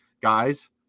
guys